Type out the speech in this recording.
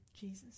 Jesus